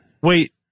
wait